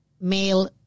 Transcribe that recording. male